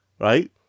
right